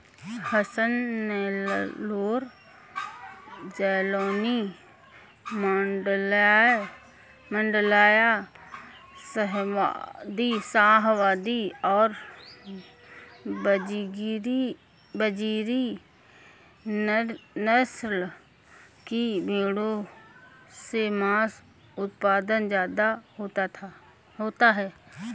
हसन, नैल्लोर, जालौनी, माण्ड्या, शाहवादी और बजीरी नस्ल की भेंड़ों से माँस उत्पादन ज्यादा होता है